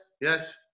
yes